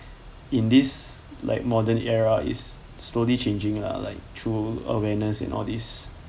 in this like modern era is slowly changing lah like through awareness and all this